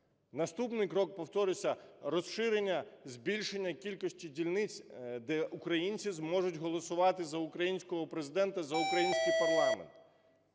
Наступний крок, повторюся, - розширення, збільшення кількості дільниць, де українці зможуть голосувати за українського Президента, за український парламент.